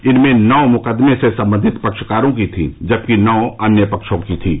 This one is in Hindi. इनमें नौ मुकदमे से संबंधित पक्षकारों की थीं जबकि नौ अन्य पक्षों की थीं